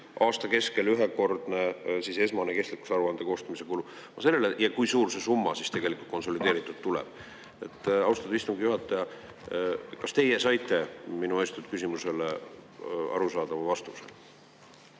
aasta keskel ühekordne esmane kestlikkuse aruande koostamise kulu? Ma sellele … Ja kui suur see summa, siis tegelikult konsolideeritud tulem? Austatud istungi juhataja, kas teie saite minu esitatud küsimusele arusaadava vastuse?